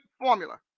formula